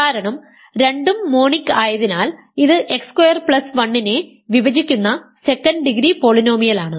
കാരണം രണ്ടും മോണിക് ആയതിനാൽ ഇത് x സ്ക്വയർ പ്ലസ് 1 നെ വിഭജിക്കുന്ന സെക്കൻഡ് ഡിഗ്രി പോളിനോമിയലാണ്